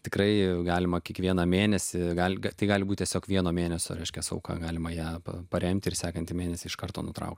tikrai galima kiekvieną mėnesį gal tai gali būti tiesiog vieno mėnesio reiškiasi auka galima ją paremti ir sekantį mėnesį iš karto nutraukti